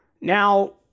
Now